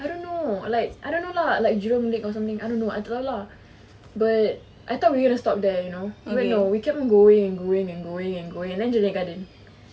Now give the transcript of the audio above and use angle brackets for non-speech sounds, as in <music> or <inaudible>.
I don't know like I don't know lah like jurong lake or something I don't know I <noise> but I thought we gonna stop there you know but we kept going and going and going and going like jurong lake garden